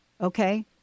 Okay